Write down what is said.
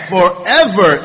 Forever